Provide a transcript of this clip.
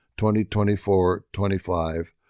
2024-25